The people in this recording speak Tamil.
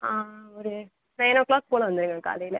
ஒரு நைன் ஓ க்ளாக் போல் வந்துவிடுங்க காலையில்